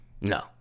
No